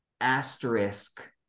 asterisk